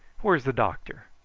where's the doctor?